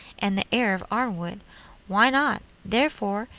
and the heir of arnwood why not, therefore,